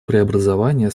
преобразования